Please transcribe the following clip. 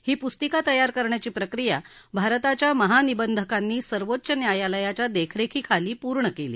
ही पुस्तिका तयार करण्याची प्रक्रिया भारताच्या महानिबंधकांनी सर्वोच्च न्यायालयाच्या देखरेखीखाली पूर्ण केली